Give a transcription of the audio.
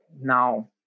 now